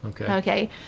Okay